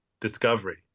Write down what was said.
discovery